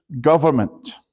government